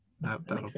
That'll